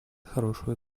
хорошую